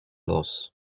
loss